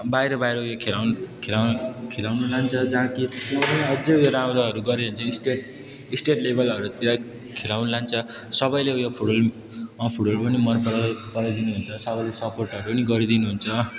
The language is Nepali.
बाहिर बाहिर उयो खेलाउन खेलाउन खेलाउनु लान्छ जहाँ कि त्यो पनि अझै उयो राम्रोहरू गर्यो भने चाहिँ स्टेट स्टेट लेवलहरूतिर खेलाउन लान्छ सबैले उयो फुटबल अँ फुटबल पनि मनपरा मनपराइ दिनुहुन्छ सबैले सपोर्टहरू पनि गरिदिनु हुन्छ